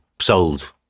sold